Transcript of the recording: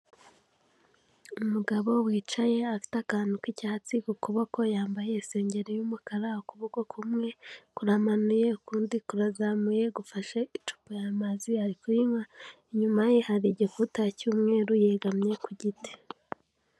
Umugabo wicaye afite akantu k'icyatsi k'ukuboko, yambaye isengeri y'umukara, ukuboko kumwe kuramanuye, ukundi kurazamuye gufashe icupa y'amazi ari kuyinywa, inyuma ye hari igikuta cy'umweru, yegamye ku giti.